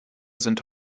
sind